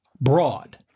broad